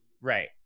Right